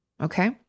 Okay